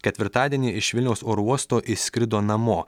ketvirtadienį iš vilniaus oro uosto išskrido namo